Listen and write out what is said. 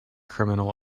criminal